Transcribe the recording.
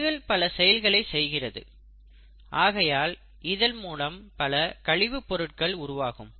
செல்கள் பல செயல்களை செய்கிறது ஆகையால் இதன் மூலம் பல கழிவு பொருட்கள் உருவாகும்